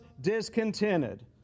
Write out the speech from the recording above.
discontented